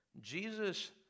Jesus